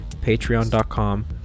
Patreon.com